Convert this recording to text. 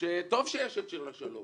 שטוב שיש שיר לשלום.